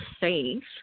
safe